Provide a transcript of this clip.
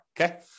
Okay